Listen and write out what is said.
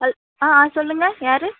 hello ஆ சொல்லுங்கள் யார்